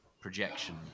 projection